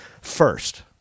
First